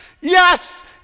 Yes